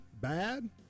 bad